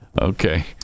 Okay